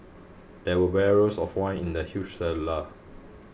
there were barrels of wine in the huge cellar